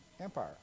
Empire